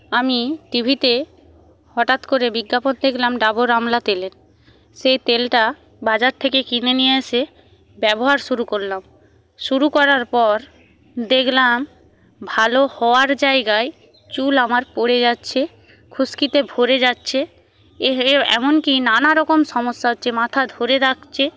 আমি টিভিতে হঠাৎ করে বিজ্ঞাপন দেখলাম ডাবর আমলা তেলের সেই তেলটা বাজার থেকে কিনে নিয়ে এসে ব্যবহার শুরু করলাম শুরু করার পর দেখলাম ভালো হওয়ার জায়গায় চুল আমার পড়ে যাচ্ছে খুশকিতে ভরে যাচ্ছে এমনকি নানারকম সমস্যা হচ্ছে মাথা ধরে রাখছে